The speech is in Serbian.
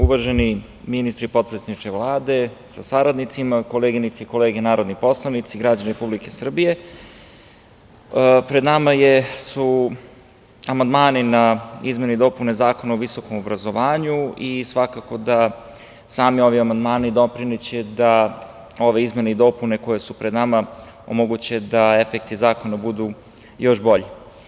Uvaženi ministre i potpredsedniče Vlade sa saradnicima, koleginice i kolege narodni poslanici, građani Republike Srbije, pred nama su amandmani na izmene i dopune Zakona o visokom obrazovanju i svakako da sami ovi amandmani doprineće da ove izmene i dopune koje su pre nama, omoguće da efekti zakona budu još bolji.